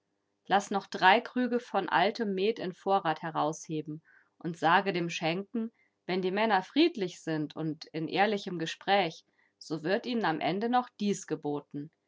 laß noch drei krüge von altem met in vorrat herausheben und sage dem schenken wenn die männer friedlich sind und in ehrlichem gespräch so wird ihnen am ende noch dies geboten